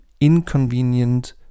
inconvenient